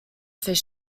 fishing